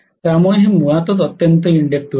त्यामुळे हे मुळातच अत्यंत इंडकटिव आहे